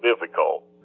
difficult